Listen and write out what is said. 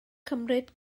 cymryd